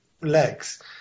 legs